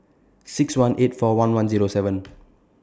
six one eight four one one Zero seven